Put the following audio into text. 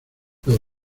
los